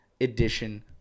edition